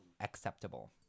acceptable